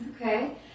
Okay